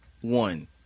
one